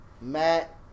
Matt